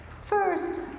First